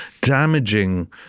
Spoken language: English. damaging